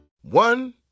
One